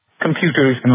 computers